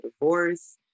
divorce